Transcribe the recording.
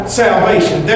salvation